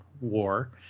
War